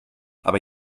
aber